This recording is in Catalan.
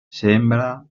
sembra